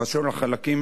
אשר לחלקים